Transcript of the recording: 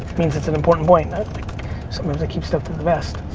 means it's an important point. sometimes i keep stuff to the vest.